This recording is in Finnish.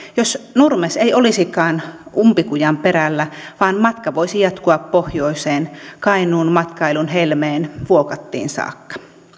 jos nurmes ei olisikaan umpikujan perällä vaan matka voisi jatkua pohjoiseen kainuun matkailun helmeen vuokattiin saakka